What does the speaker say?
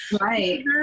right